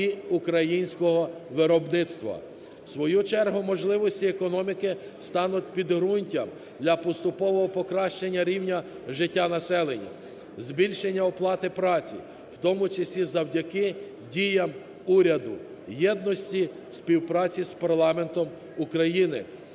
В свою чергу можливості економіки стануть підґрунтям для поступового покращення рівня життя населення, збільшення оплати праці, в тому числі завдяки діям уряду, єдності, співпраці з парламентом України,